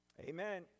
Amen